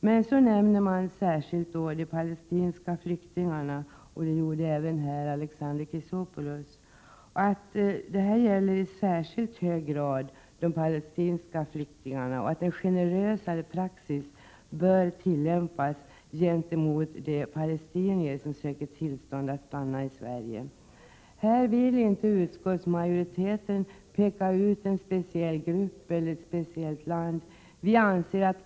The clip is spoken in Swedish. Det nämns att detta i särskilt hög grad gäller de palestinska flyktingarna — vilket också Alexander Chrisopoulos påpekade — och att en generösare praxis bör tillämpas gentemot de palestinier som söker tillstånd att stanna i Sverige. Utskottsmajoriteten vill inte peka ut en speciell grupp eller ett speciellt land.